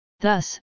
Thus